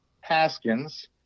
Haskins